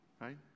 Right